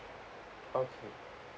okay